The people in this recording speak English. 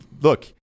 Look